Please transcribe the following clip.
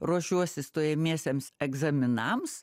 ruošiuosi stojamiesiems egzaminams